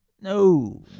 no